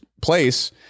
place